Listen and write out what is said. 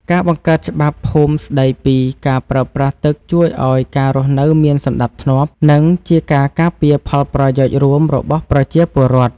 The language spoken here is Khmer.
ការបង្កើតច្បាប់ភូមិស្តីពីការប្រើប្រាស់ទឹកជួយឱ្យការរស់នៅមានសណ្តាប់ធ្នាប់ និងជាការការពារផលប្រយោជន៍រួមរបស់ប្រជាពលរដ្ឋ។